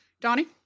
Donnie